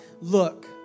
look